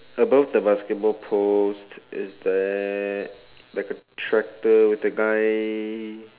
above the basketball post is there like a truck full with a guy